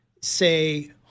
say